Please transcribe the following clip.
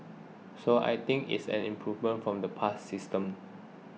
so I think it is an improvement from the past system